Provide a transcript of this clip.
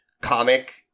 comic